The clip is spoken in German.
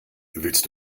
willst